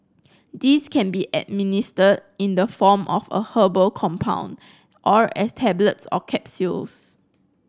these can be administered in the form of a herbal compound or as tablets or capsules